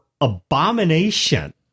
abomination